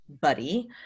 buddy